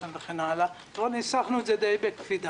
אבל ניסחנו את זה די בקפידה.